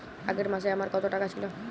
আগের মাসে আমার কত টাকা ছিল?